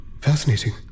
Fascinating